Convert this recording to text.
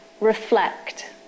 reflect